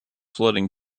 flooding